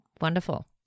wonderful